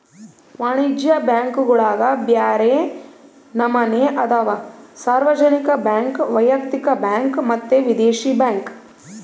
ವಾಣಿಜ್ಯ ಬ್ಯಾಂಕುಗುಳಗ ಬ್ಯರೆ ನಮನೆ ಅದವ, ಸಾರ್ವಜನಿಕ ಬ್ಯಾಂಕ್, ವೈಯಕ್ತಿಕ ಬ್ಯಾಂಕ್ ಮತ್ತೆ ವಿದೇಶಿ ಬ್ಯಾಂಕ್